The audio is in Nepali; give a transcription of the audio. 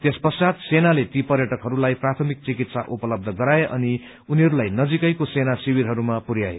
त्यस पश्चात सेनाले ती पर्यटकहरूलाई प्राथमिक चिकित्सा उपलब्ध गराए अनि उनीहरूलाई नजिकैको सेना शिविरहरूमा पुरयाए